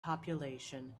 population